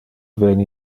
veni